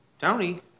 Tony